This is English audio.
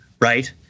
Right